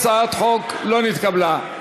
הצעת החוק לא נתקבלה.